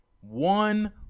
One